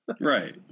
Right